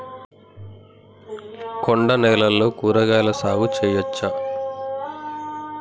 కొండ నేలల్లో కూరగాయల సాగు చేయచ్చా?